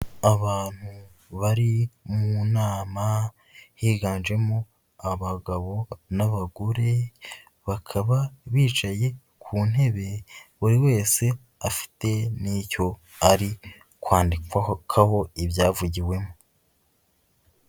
Abantu bari mu nama, higanjemo abagabo n'abagore, bakaba bicaye ku ntebe buri wese afite n'icyo ari kwandikaho, ibyavugiwemo.